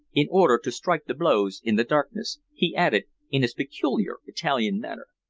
in order to strike the blows in the darkness, he added in his peculiar italian manner.